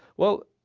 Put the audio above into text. well,